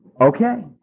Okay